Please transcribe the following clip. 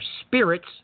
spirits